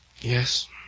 Yes